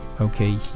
Okay